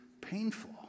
painful